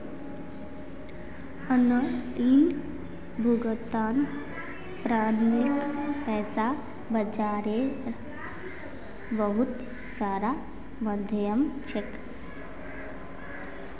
online भुगतान प्रणालीक पैसा बाजारेर बहुत सारा माध्यम छेक